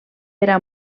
era